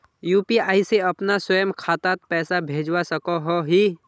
UPI से अपना स्वयं खातात पैसा भेजवा सकोहो ही?